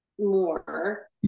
more